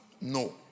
No